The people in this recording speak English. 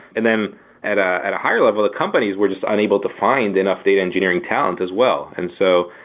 and then at ah at a higher level, the companies were just unable to find enough data engineering talent as well. and so,